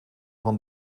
van